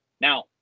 Now